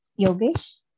Yogesh